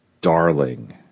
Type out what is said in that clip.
Darling